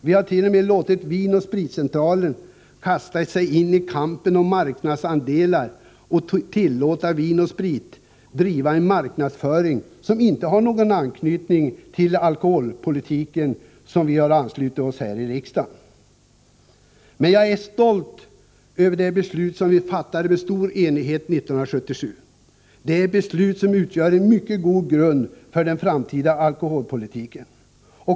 Vi har t.o.m. låtit Vin & Spritcentralen kasta sig in i kampen om marknadsandelar, och Vin & Spritcentralen tillåts driva en marknadsföring som inte har någon anknytning till den alkoholpolitik vi har beslutat om här i riksdagen. Jag är stolt över det beslut som vi fattat i stor enighet 1977. Det beslutet utgör en mycket god grund för den framtida alkoholpolitiken.